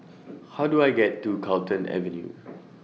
How Do I get to Carlton Avenue